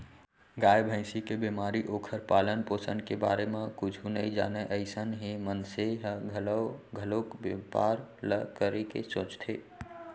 गाय, भँइसी के बेमारी, ओखर पालन, पोसन के बारे म कुछु नइ जानय अइसन हे मनसे ह घलौ घलोक बैपार ल करे के सोचथे